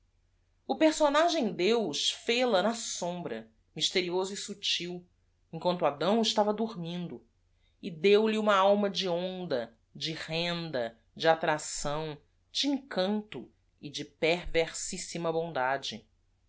universo personagem eus fel-a na sombra mysterioso e subtil em quanto d ã o estava dormindo e deu-lhe uma alma de onda de renda de attracção de encanto e de perversissima bondade